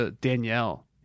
Danielle